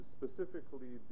Specifically